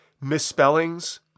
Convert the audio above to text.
misspellings